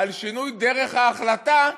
על שינוי דרך ההחלטה,